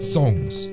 songs